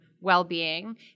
well-being